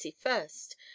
first